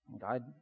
God